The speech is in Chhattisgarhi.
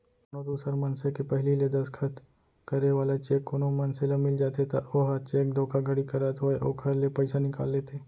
कोनो दूसर मनसे के पहिली ले दस्खत करे वाला चेक कोनो मनसे ल मिल जाथे त ओहा चेक धोखाघड़ी करत होय ओखर ले पइसा निकाल लेथे